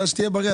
שתהיה בריא,